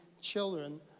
children